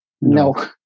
No